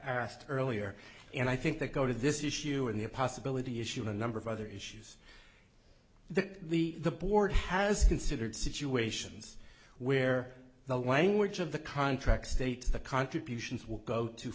asked earlier and i think they go to this issue in the a possibility issue a number of other issues that the the board has considered situations where the language of the contract states the contributions will go to